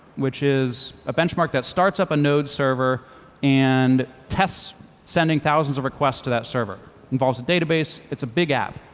which is a benchmark that starts up a node server and tests sending thousands of requests to that server. it involves a database, it's a big app.